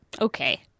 Okay